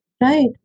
right